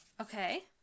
okay